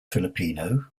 filipino